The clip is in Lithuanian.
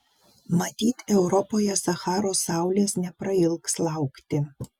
matyt europoje sacharos saulės neprailgs laukti